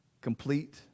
complete